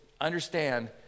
understand